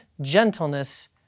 gentleness